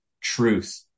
truth